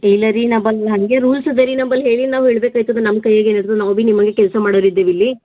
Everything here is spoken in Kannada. ಇಲ್ಲ ರೀ ನಾ ಬಂದು ಹಾಗೆ ರೂಲ್ಸ್ ಅದ ರೀ ನಮ್ಮ ಬಲ್ಲಿ ಹೇಳಿನ ನಾವು ಹೇಳ್ಬೇಕಾಯ್ತದೆ ನಮ್ಮ ಕೈಯಾಗ ಏನಿದ್ದರೂ ನಾವು ಭೀ ನಿಮ್ಮಂಗೆ ಕೆಲಸ ಮಾಡೋರು ಇದ್ದೀವಿ ಇಲ್ಲಿ